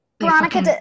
Veronica